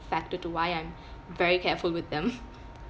factor to why I'm very careful with them